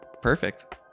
Perfect